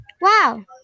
Wow